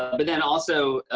but then, also,